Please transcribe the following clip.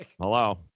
hello